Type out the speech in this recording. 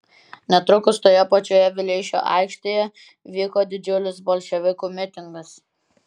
netrukus toje pačioje vileišio aikštėje vyko didžiulis bolševikų mitingas